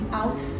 out